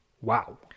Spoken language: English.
wow